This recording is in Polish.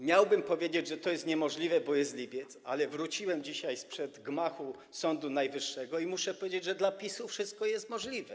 Miałem powiedzieć, że to jest niemożliwe, bo jest lipiec, ale wróciłem dzisiaj sprzed gmachu Sądu Najwyższego i muszę powiedzieć, że dla PiS-u wszystko jest możliwe.